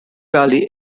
valley